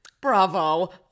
Bravo